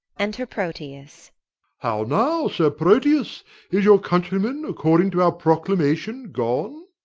enter proteus how now, sir proteus! is your countryman, according to our proclamation, gone?